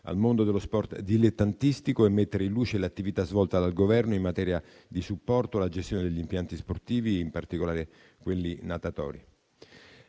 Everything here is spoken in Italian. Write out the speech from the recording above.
al mondo dello sport dilettantistico e mettere in luce l'attività svolta dal Governo in materia di supporto alla gestione degli impianti sportivi, in particolare quelli natatori.